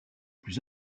plus